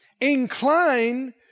Incline